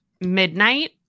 midnight